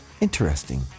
interesting